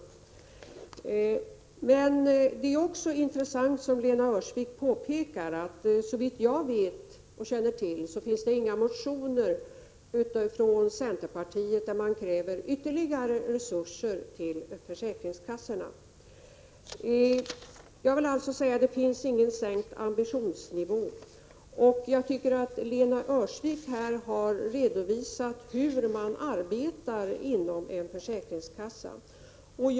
Såvitt jag känner till, och som också Lena Öhrsvik pekade på, finns det inga motioner från centerpartiet där man kräver ytterligare resurser för försäkringskassorna. Jag vill alltså säga att ambitionsnivån inte sänkts. Lena Öhrsvik har här redovisat hur man arbetar inom en försäkringskassa.